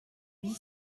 huit